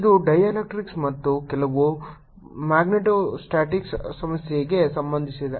ಇದು ಡೈಎಲೆಕ್ಟ್ರಿಕ್ಸ್ ಮತ್ತು ಕೆಲವು ಮ್ಯಾಗ್ನೆಟೋಸ್ಟಾಟಿಕ್ಸ್ ಸಮಸ್ಯೆಗೆ ಸಂಬಂಧಿಸಿದೆ